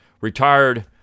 Retired